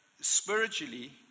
spiritually